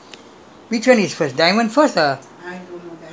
I normally younger days I go there and see movie